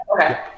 Okay